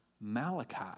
Malachi